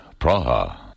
Praha